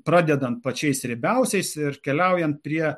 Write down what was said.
pradedant pačiais riebiausiais ir keliaujant prie